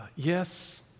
Yes